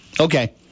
okay